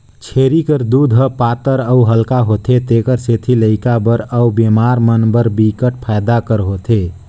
छेरी कर दूद ह पातर अउ हल्का होथे तेखर सेती लइका बर अउ बेमार मन बर बिकट फायदा कर होथे